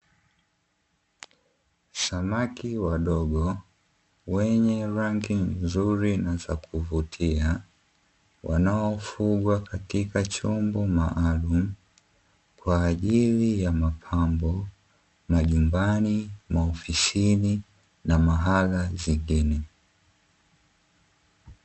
Samaki wadogo wenye rangi nzuri na za kuvutia, wanaofungwa katika chumba maalumu kwa ajili ya mapambo majumbani, maofisini na mahala pengine.